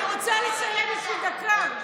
אני רוצה לסיים, יש לי דקה.